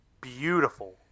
beautiful